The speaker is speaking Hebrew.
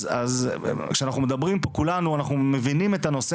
אז כשאנחנו מדברים פה כולנו אנחנו מבינים את הנושא